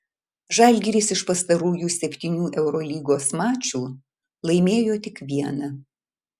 žalgiris iš pastarųjų septynių eurolygos mačų laimėjo tik vieną